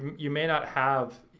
you may not have,